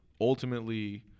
Ultimately